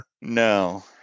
No